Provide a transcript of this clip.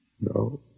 No